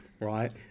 right